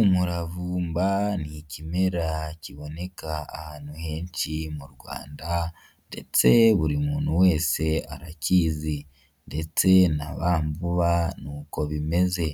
Umuravumba n'ikimera kiboneka ahantu henshi m'u Rwanda ndetse buri muntu wese arakizi ndetse nabambuwa niko bimeze,